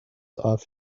off